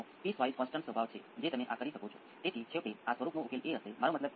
તેથી સાઈનુંસોઈડ્સના રિસ્પોન્સમાં ચાલો કહીએ કે તમારો ટાઈમ કોંસ્ટંટ એક માઈક્રો સેકન્ડ છે